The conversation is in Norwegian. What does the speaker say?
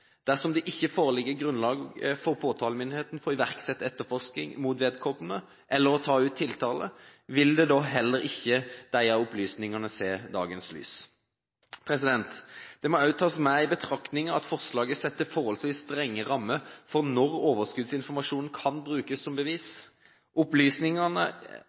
Dersom det ikke foreligger grunnlag for påtalemyndigheten til å iverksette etterforsking mot vedkommende eller ta ut tiltale, vil heller ikke de opplysningene se dagens lys. Det må også tas med i betraktningen at forslaget setter forholdsvis strenge rammer for når overskuddsinformasjonen kan brukes som bevis. Opplysningene